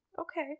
Okay